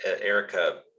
Erica